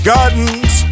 Gardens